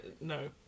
no